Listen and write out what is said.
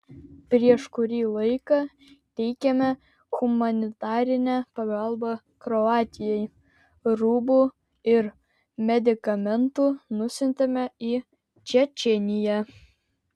prieš kurį laiką teikėme humanitarinę pagalbą kroatijai rūbų ir medikamentų nusiuntėme į čečėniją